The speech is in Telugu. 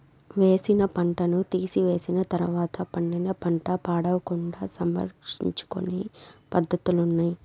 వేసిన పంటను తీసివేసిన తర్వాత పండిన పంట పాడవకుండా సంరక్షించుకొనే పద్ధతులున్నాయి